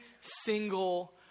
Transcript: single